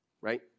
right